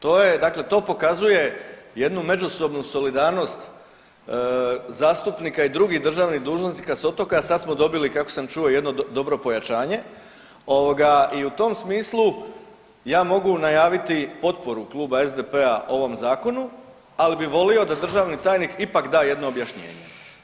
To je, dakle to pokazuje jednu međusobnu solidarnost zastupnika i drugih državnih dužnosnika s otoka, sad smo dobili kako sam čuo jedno dobro pojačanje ovoga i u tom smislu ja mogu najaviti potporu Kluba SDP-a ovom zakonu, ali bi volio da državni tajnik ipak da jedno objašnjenje.